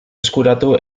eskuratu